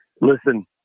listen